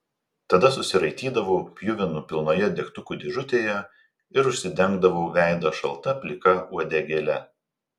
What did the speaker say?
tada susiraitydavau pjuvenų pilnoje degtukų dėžutėje ir užsidengdavau veidą šalta plika uodegėle